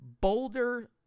Boulder